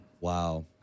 Wow